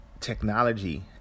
technology